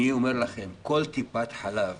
אני אומר לכם, כל טיפת חלב